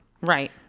right